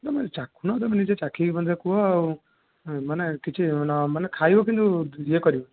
ତମେ ଚାଖୁନ ତମେ ନିଜେ ଚାଖିକି ମୋତେ କୁହ ମାନେ କିଛି ଖାଇବ କିନ୍ତୁ ଇଏ କରି